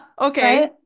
Okay